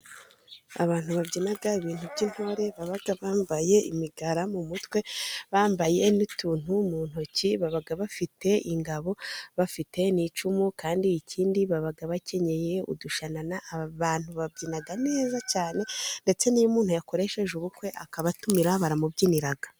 Abantu babyina ibintu by’intore, baba bambaye imigara mu mutwe, bambaye n’utuntu mu ntoki, baba bafite ingabo, bafite n’icumu. Kandi ikindi, baba bakenyeye udushanana. Aba bantu babyina neza cyane, ndetse n’iyo umuntu yakoresheje ubukwe akabatumira, baramubyinira.